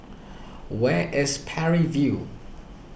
where is Parry View